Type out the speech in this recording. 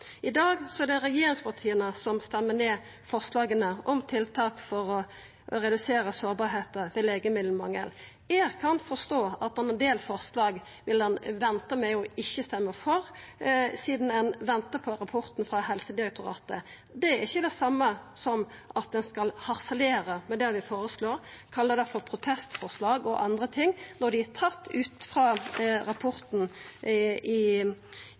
I dag er det regjeringspartia som stemmer ned forslaga om tiltak for å redusera sårbarheita når det gjeld legemiddelmangel. Eg kan forstå at ein del forslag vil ein venta med og ikkje stemma for, sidan ein ventar på rapporten frå Helsedirektoratet. Det er ikkje det same som at ein skal harselera over det vi føreslår, og kalla det for protestforslag og andre ting, når dei er tatt ut frå rapporten som kom frå direktoratet i